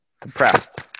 compressed